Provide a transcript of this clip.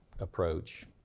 approach